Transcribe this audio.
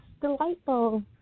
delightful